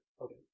Okay